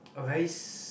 a very